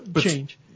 change